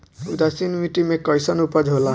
उदासीन मिट्टी में कईसन उपज होला?